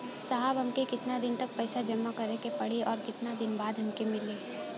साहब हमके कितना दिन तक पैसा जमा करे के पड़ी और कितना दिन बाद हमके मिली?